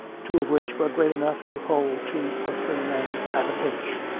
two of which were great enough to hold two or three men at a pinch.